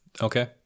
Okay